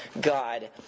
God